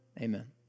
Amen